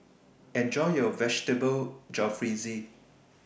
Enjoy your Vegetable Jalfrezi